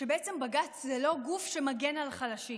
שבעצם בג"ץ זה לא גוף שמגן על חלשים.